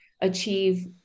achieve